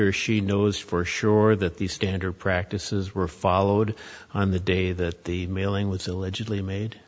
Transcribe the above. or she knows for sure that the standard practices were followed on the day that the mailing